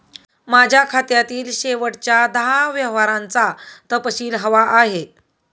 माझ्या खात्यातील शेवटच्या दहा व्यवहारांचा तपशील हवा आहे